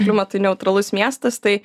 klimatui neutralus miestas tai